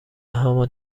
همان